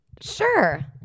Sure